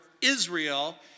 Israel